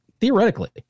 theoretically